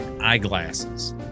Eyeglasses